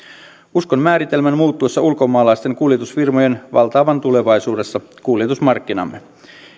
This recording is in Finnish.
uskon määritelmän muuttuessa ulkomaalaisten kuljetusfirmojen valtaavan tulevaisuudessa kuljetusmarkkinamme